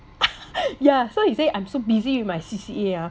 ya so he say I'm so busy with my C_C_A ah